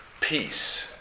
peace